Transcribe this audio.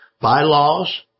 bylaws